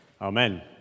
Amen